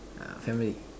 family